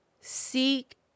seek